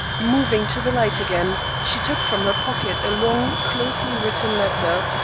moving to the light again, she took from her pocket a long, closely written letter.